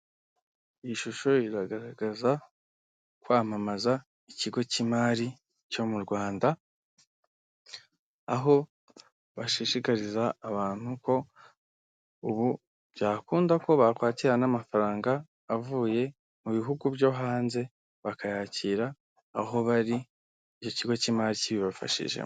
Iyi shusho iragaragaza kwamamaza ikigo cy'imari cyo mu Rwanda, aho bashishikariza abantu ko ubu byakunda ko bakwakira n'amafaranga avuye mu bihugu byo hanze, bakayakira aho bari, icyo kigo cy'imari kibibafashijemo.